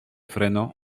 freno